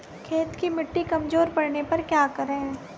खेत की मिटी कमजोर पड़ने पर क्या करें?